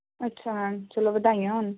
ਅੱਛਾ ਹਾਂ ਚਲੋ ਵਧਾਈਆਂ ਹੋਣ